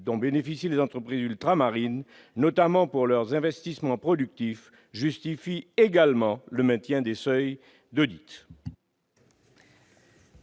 dont bénéficient les entreprises ultramarines, notamment pour leurs investissements productifs, justifient également le maintien des seuils actuels